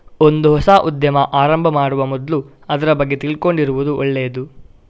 ಒಂದು ಹೊಸ ಉದ್ಯಮ ಆರಂಭ ಮಾಡುವ ಮೊದ್ಲು ಅದ್ರ ಬಗ್ಗೆ ತಿಳ್ಕೊಂಡಿರುದು ಒಳ್ಳೇದು